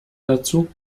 dazu